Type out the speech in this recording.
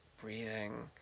breathing